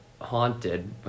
haunted